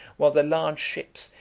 while the large ships,